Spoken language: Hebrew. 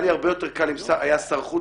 היה לי הרבה יותר קל אם היה שר חוץ